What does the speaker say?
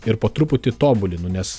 ir po truputį tobulinu nes